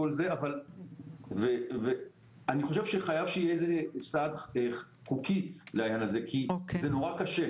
אני חושב שחייב שיהיה סעד חוקי לעניין הזה כי זה קשה נורא.